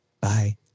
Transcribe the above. Bye